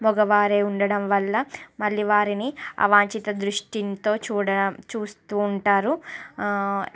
మగవారే ఉండడం వల్ల మళ్ళీ వారిని అవాంచిత దృష్టితో చూడటం చూస్తూ ఉంటారు